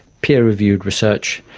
peer-reviewed research.